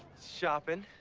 shopping.